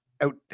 out